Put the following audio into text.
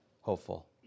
hopeful